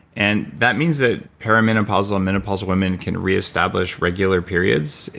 and that means that perimenopausal and menopausal women can reestablish regular periods?